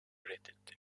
reddetti